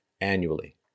annually